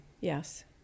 Yes